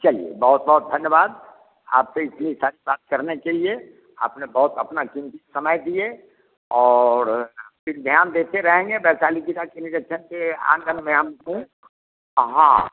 चलिए बहुत बहुत धन्यवाद आपसे इतनी इच्छा थी बात करने के लिए आपने बहुत अपना किमती समय दिए और ज्ञान देते रहेंगे वैशाली ज़िले के निरक्षण के आँगन में हम हूँ हाँ